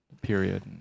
period